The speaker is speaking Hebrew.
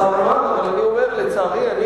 חבר הכנסת חנין, השר אמר שזה לא יהיה למטרות רווח.